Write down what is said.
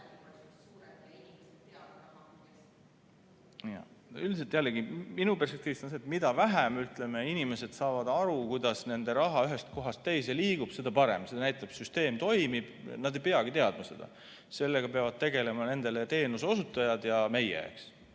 Üldiselt jällegi, minu perspektiivist on see nii, et mida vähem inimesed saavad aru, kuidas nende raha ühest kohast teise liigub, seda parem. See näitab, et süsteem toimib, nad ei peagi seda teadma, sellega peavad tegelema ja hoolitsema selle eest